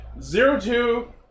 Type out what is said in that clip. Zero-Two